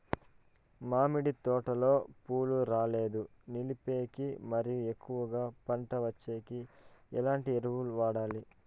మామిడి తోటలో పూలు రాలేదు నిలిపేకి మరియు ఎక్కువగా పంట వచ్చేకి ఎట్లాంటి ఎరువులు వాడాలి?